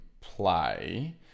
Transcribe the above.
play